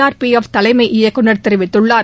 R P F தலைமை இயக்குநர் தெரிவித்துள்ளார்